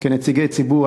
כנציגי ציבור,